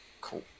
Cool